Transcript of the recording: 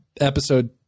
episode